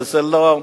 וזה לא,